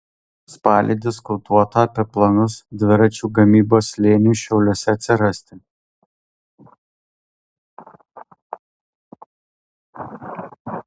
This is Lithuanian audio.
spalį diskutuota apie planus dviračių gamybos slėniui šiauliuose atsirasti